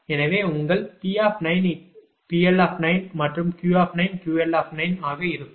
எனவே உங்கள் P PL மற்றும் Q QL ஆக இருக்கும்